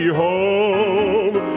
home